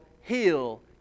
heal